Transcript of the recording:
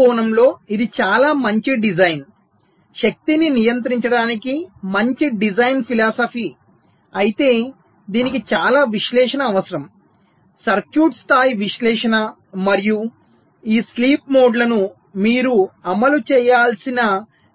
కాబట్టి ఆ కోణంలో ఇది చాలా మంచి డిజైన్ శక్తిని నియంత్రించడానికి మంచి డిజైన్ ఫిలాసఫీ అయితే దీనికి చాలా విశ్లేషణ అవసరం సర్క్యూట్ స్థాయి విశ్లేషణ మరియు ఈ స్లీప్ మోడ్లను మీరు అమలు చేయాల్సిన